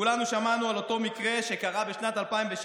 כולנו שמענו על אותו מקרה שקרה בשנת 2016